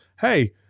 hey